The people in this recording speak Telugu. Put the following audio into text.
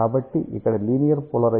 కాబట్టి ఇక్కడ లీనియర్ పోలరైజేషన్ ఉంది